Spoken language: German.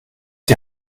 die